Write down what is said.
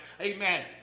Amen